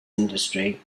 industry